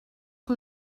que